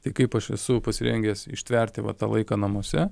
tai kaip aš esu pasirengęs ištverti va tą laiką namuose